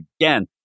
again